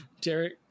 Derek